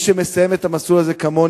מי שמסיים את המסלול הזה כמוני,